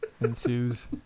ensues